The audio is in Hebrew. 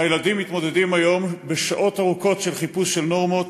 הילדים מתמודדים היום עם שעות ארוכות של חיפוש נורמות,